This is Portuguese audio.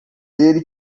ele